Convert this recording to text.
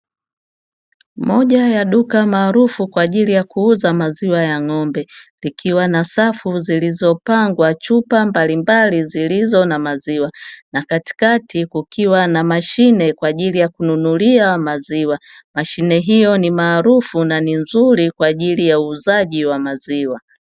Moja ya duka maarufu kwa ajili ya kuuza maziwa ya ng'ombe likiwa na safu zilizopangwa chupa mbalimbali zilizo na maziwa na katikati kukiwa na mashine kwa ajili ya kununulia maziwa. Mashine hiyo ni maarufu na ni nzuri kwa ajili ya uuzaji wa maziwa.